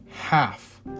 half